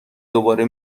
دوباره